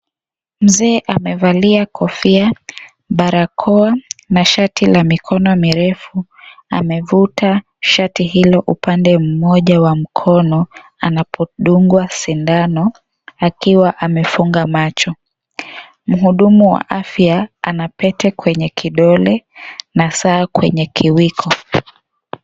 Mzee amevalia kofia, barakoa na shati la mikono mirefu. Amevuta shati hilo upande mmoja wa mkono anapodungwa sindano akiwa amefunga macho. Mhudumu wa afya ana pete kwenye kidole na saa kwenye kiwiko.